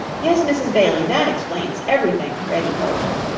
yes, mrs. bailey, that explains everything, reddy told her.